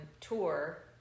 tour